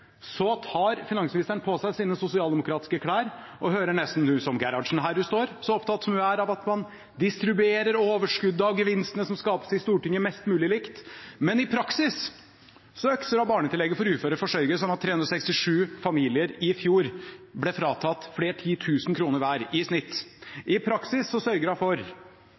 tar finansministeren på seg sine sosialdemokratiske klær og høres nesten ut som Gerhardsen her hun står, så opptatt som hun er av at man distribuerer overskuddet av gevinstene som skapes i Stortinget, mest mulig likt. Men i praksis økser hun barnetillegget for uføre forsørgere, slik at 367 familier i fjor ble fratatt flere titusen kroner hver i snitt. I praksis sørger hun for